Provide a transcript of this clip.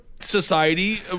Society